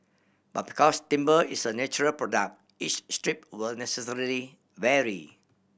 but because timber is a natural product each strip will necessarily vary